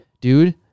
dude